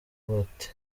bate